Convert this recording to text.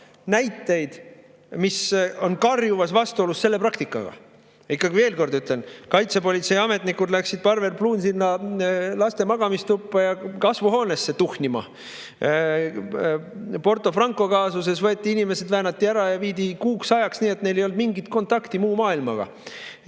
näiteid, mis on karjuvas vastuolus selle [juhtumi uurimisega]. Veel kord ütlen: kaitsepolitsei ametnikud läksid Parvel Pruunsilla laste magamistuppa ja kasvuhoonesse tuhnima. Porto Franco kaasuses väänati inimesed ära ja viidi kuuks ajaks ära nii, et neil ei olnud mingit kontakti muu maailmaga.